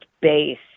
base